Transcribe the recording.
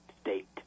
State